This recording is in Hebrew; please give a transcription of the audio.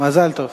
מזל טוב.